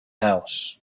house